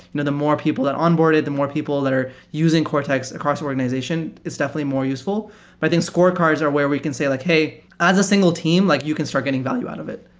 you know the more people that onboard it, the more people that are using cortex across organization is definitely more useful. but i think scorecards are where we can say like, hey, as a single team, like you can start getting value out of it.